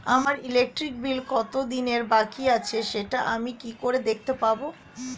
আমার electric bill কত দিনের বাকি আছে সেটা আমি কি করে দেখতে পাবো?